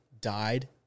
died